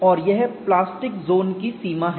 और यह plastic zone की सीमा है